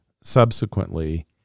subsequently